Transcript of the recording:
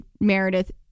Meredith